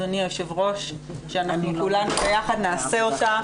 אדוני היו"ר שאנחנו כולנו ביחד נעשה אותה